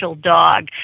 dog